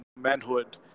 manhood